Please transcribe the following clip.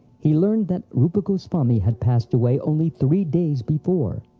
he learned that rupa goswami had passed away only three days before.